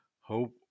hope